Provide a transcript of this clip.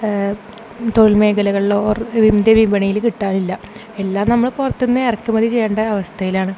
തൊഴിൽ മേഖലകളിലോ or Indian വിപണിയിൽ കിട്ടാനില്ല എല്ലാം നമ്മൾ പുറത്ത് നിന്ന് ഇറക്കുമതി ചെയ്യേണ്ട അവസ്ഥയിലാണ്